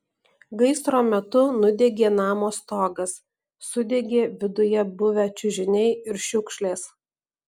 gaisro metu nudegė namo stogas sudegė viduje buvę čiužiniai ir šiukšlės